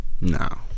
No